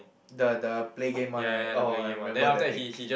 the the play game one right orh I remember that thing